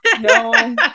no